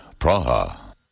Praha